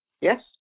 Yes